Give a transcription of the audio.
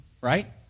right